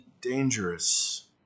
dangerous